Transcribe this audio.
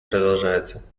продолжается